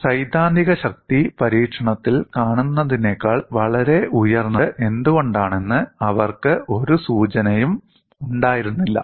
സൈദ്ധാന്തിക ശക്തി പരീക്ഷണത്തിൽ കാണുന്നതിനേക്കാൾ വളരെ ഉയർന്നത് എന്തുകൊണ്ടാണെന്ന് അവർക്ക് ഒരു സൂചനയും ഉണ്ടായിരുന്നില്ല